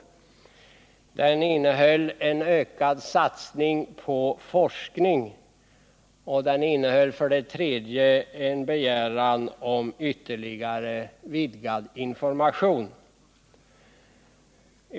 För det andra innehöll motionen förslag om en ökad satsning på forskning och för det tredje en begäran om ytterligare vidgad information.